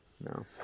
no